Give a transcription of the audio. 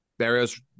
Barrios